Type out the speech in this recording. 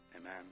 Amen